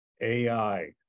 AI